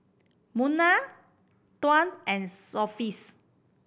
Munah Tuah and Sofea